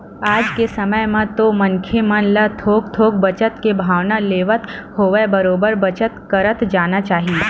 आज के समे म तो मनखे मन ल थोक थोक बचत के भावना लेवत होवय बरोबर बचत करत जाना चाही